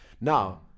now